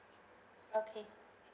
okay